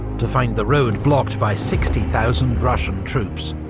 to find the road blocked by sixty thousand russian troops,